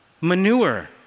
Manure